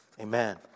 amen